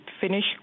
finish